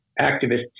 activists